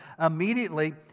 immediately